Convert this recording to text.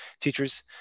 teachers